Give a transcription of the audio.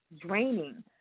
draining